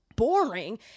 boring